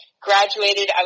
graduated